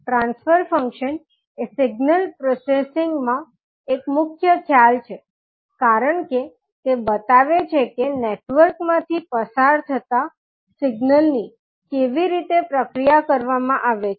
transfer function એ signal processing માં એક મુખ્ય ખ્યાલ છે કારણ કે તે બતાવે છે કે નેટવર્ક માંથી પસાર થતાં સિગ્નલ ની કેવી રીતે પ્રક્રિયા કરવામાં આવે છે